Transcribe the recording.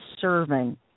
serving